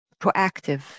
proactive